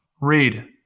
Read